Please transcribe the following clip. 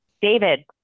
David